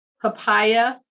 papaya